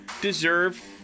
deserve